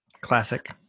Classic